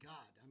God